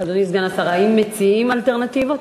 אדוני סגן השר, האם מציעים אלטרנטיבות?